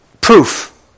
Proof